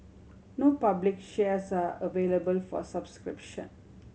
no public shares are available for subscription